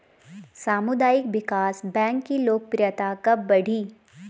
सामुदायिक विकास बैंक की लोकप्रियता कब बढ़ी?